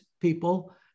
people